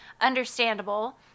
understandable